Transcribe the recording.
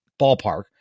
ballpark